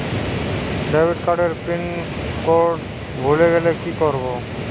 Debit card এর PIN code ভুলে গেলে কি করব?